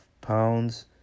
pounds